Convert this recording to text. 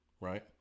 right